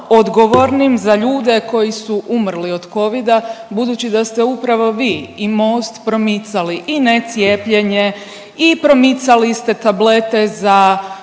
odgovornim za ljude koji su umrli od covida budući da ste upravo vi i Most promicali i ne cijepljenje i promicali ste tablete za